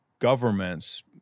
governments